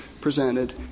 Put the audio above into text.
presented